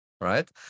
right